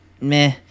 meh